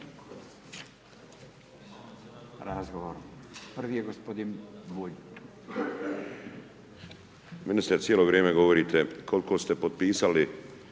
razgovor. Prvi je gospodin Bulj.